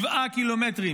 7 קילומטר,